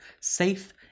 safe